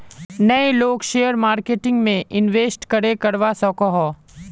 नय लोग share marketing में इंवेस्ट करे करवा सकोहो?